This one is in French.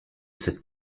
cette